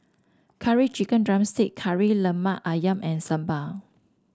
Curry Chicken drumstick Kari Lemak ayam and sambal